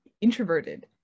introverted